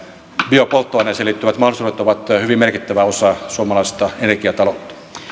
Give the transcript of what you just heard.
biopolttoaineisiin liittyvät mahdollisuudet ovat hyvin merkittävä osa suomalaista energiataloutta